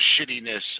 shittiness